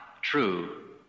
true